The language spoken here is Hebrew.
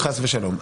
חס ושלום.